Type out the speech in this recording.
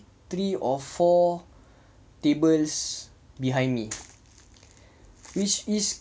three or four tables behind me which is